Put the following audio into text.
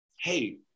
hey